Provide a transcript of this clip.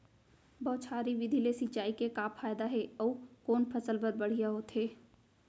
बौछारी विधि ले सिंचाई के का फायदा हे अऊ कोन फसल बर बढ़िया होथे?